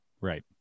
right